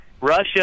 Russia